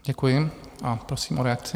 Děkuji a prosím o reakci.